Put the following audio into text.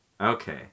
Okay